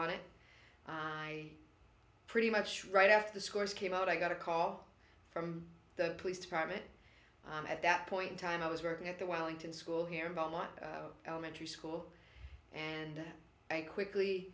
on it i pretty much right after the scores came out i got a call from the police department at that point in time i was working at the wellington school here about my elementary school and i quickly